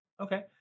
Okay